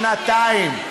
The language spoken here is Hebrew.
שנתיים.